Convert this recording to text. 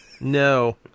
No